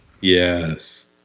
Yes